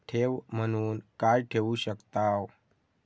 ठेव म्हणून काय ठेवू शकताव?